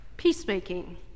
peacemaking